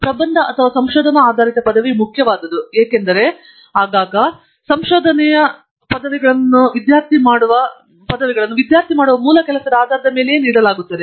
ಪ್ರಬಂಧ ಅಥವಾ ಸಂಶೋಧನಾ ಆಧಾರಿತ ಪದವಿ ಮುಖ್ಯವಾದುದು ಏಕೆಂದರೆ ಆಗಾಗ್ಗೆ ಸಂಶೋಧನೆಯ ಪದವಿಗಳನ್ನು ವಿದ್ಯಾರ್ಥಿ ಕೆಲಸ ಮಾಡುವ ಮೂಲ ಕೆಲಸದ ಆಧಾರದ ಮೇಲೆ ನೀಡಲಾಗುತ್ತದೆ